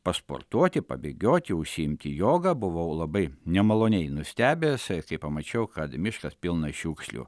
pasportuoti pabėgioti užsiimti joga buvau labai nemaloniai nustebęs kai pamačiau kad miškas pilnas šiukšlių